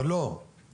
אבל לא ורוד,